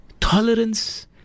tolerance